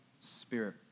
Spirit